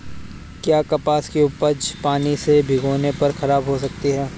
क्या कपास की उपज पानी से भीगने पर खराब हो सकती है?